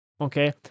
okay